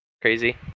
crazy